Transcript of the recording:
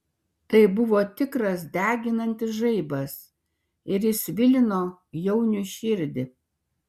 tai buvo tikras deginantis žaibas ir jis svilino jauniui širdį